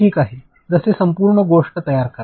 ठीक आहे जसे संपूर्ण गोष्ट तयार करा